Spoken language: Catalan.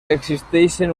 existeixen